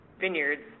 vineyards